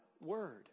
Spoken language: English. word